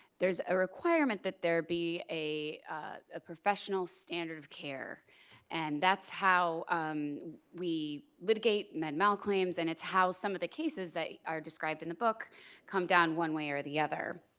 there's a requirement that there be a a professional standard of care and that's how we litigate med mal claims and it's how some of the cases that are described in the book come down one way or the other.